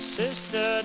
sister